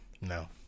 no